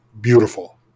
beautiful